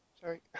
Sorry